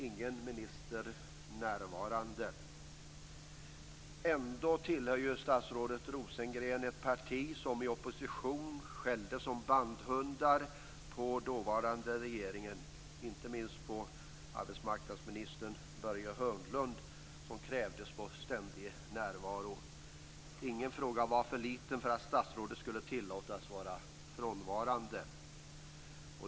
Ingen minister är närvarande. Ändå tillhör statsrådet Rosengren ett parti som i opposition skällde som bandhundar på dåvarande regeringen, inte minst på arbetsmarknadsminister Börje Hörnlund, som krävdes på ständig närvaro. Ingen fråga var för liten för att statsrådet skulle tillåts vara frånvarande.